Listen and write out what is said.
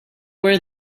where